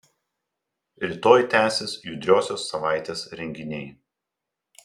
rytoj tęsis judriosios savaitės renginiai